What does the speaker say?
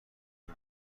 اون